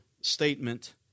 statement